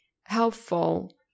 helpful